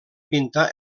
pintar